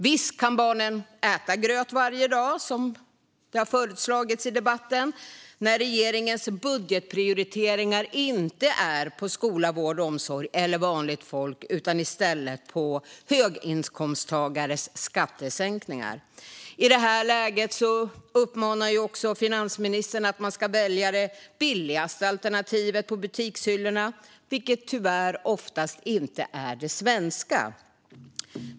Visst kan barnen äta gröt varje dag, så som föreslagits i debatten, när regeringens budgetprioriteringar inte riktas mot skola, vård och omsorg eller vanligt folk utan i stället mot skattesänkningar för höginkomsttagare. I det här läget uppmanar finansministern till att man ska välja det billigaste alternativet på butikshyllorna, vilket tyvärr oftast inte är det svenska.